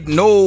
no